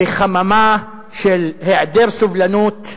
בחממה של היעדר סובלנות,